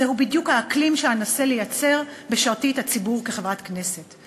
זהו בדיוק האקלים שאנסה לייצר בשרתי את הציבור כחברת הכנסת.